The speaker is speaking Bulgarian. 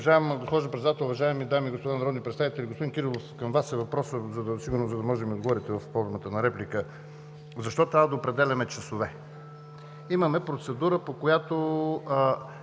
Уважаема госпожо Председател, уважаеми дами и господа народни представители! Господин Кирилов, към Вас е въпросът, за да можете да ми отговорите във формата на реплика: защо трябва да определяме часове? Имаме процедура, по която